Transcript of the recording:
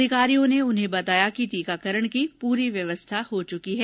अधिकारियों ने उन्हें बताया कि टीकाकरण की पूरी व्यवस्था हो चुकी है